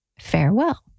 farewell